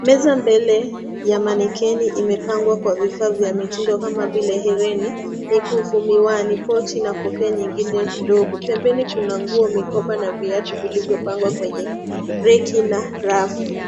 Meza mbele ya manekeni imepangwa kwa vifaa vya mitindo kama vile hereni, mikufu , miwani , pochi na kofia nyingine ndogo. Pembeni kuna nguo mikoba na viatu vilivyopangwa kwenye reki na rafu.